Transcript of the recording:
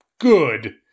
good